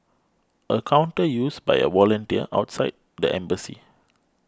a counter used by a volunteer outside the embassy